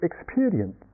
experience